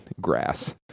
grass